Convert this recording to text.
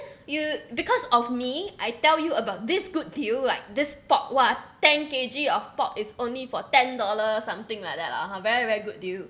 you because of me I tell you about this good deal like this pork what ten K_G of pork is only for ten dollar something like that lah ha very very good deal